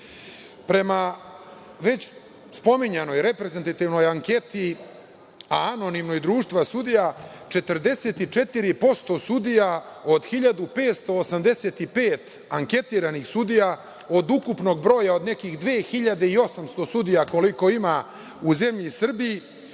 već spominjanoj reprezentativnoj anketi, a anonimnoj, Društva sudija, 44% sudija od 1585 anketiranih sudija od ukupnog broja od nekih 2800 sudija koliko ima u zemlji Srbiji,